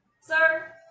sir